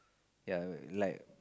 ya like